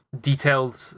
detailed